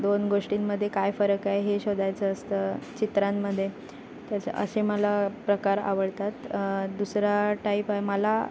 दोन गोष्टींमध्ये काय फरक आहे हे शोधायचं असतं चित्रांमध्ये तसं असे मला प्रकार आवडतात दुसरा टाईप मला